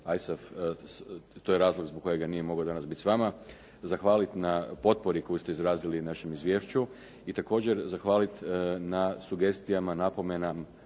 To je razlog zbog kojega nije mogao danas biti s vama, zahvaliti na potpori koju ste izrazili našem izvješću i također zahvaliti na sugestijama, napomenama